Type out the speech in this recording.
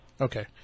Okay